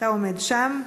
אתה עומד שם,